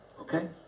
Okay